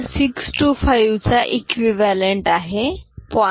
625 चा एक्विव्हालंट आहे 0